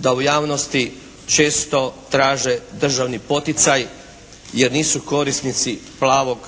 da u javnosti često traže državni poticaj, jer nisu korisnici plavog